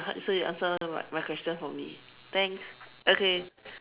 so you answer my my question for me thanks okay